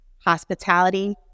hospitality